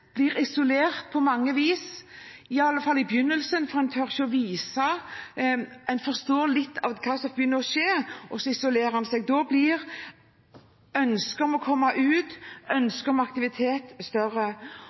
på mange vis blir isolert, i alle fall i begynnelsen, fordi en ikke tør å vise det – en forstår litt av hva som begynner å skje, og så isolerer en seg – blir ønsket om å komme ut, ønsket om aktivitet, større.